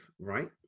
right